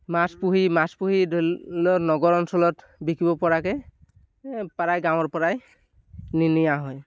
মাছ পুহি মাছ পুহি ধৰি লওক নগৰ অঞ্চলত বিকিব পৰাকৈ প্ৰায় গাঁৱৰ পৰাই নি নিয়া হয়